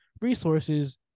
resources